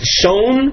shown